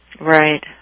Right